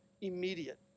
immediate